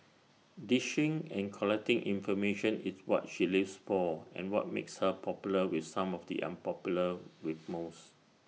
dishing and collecting information is what she lives for and what makes her popular with some of the unpopular with most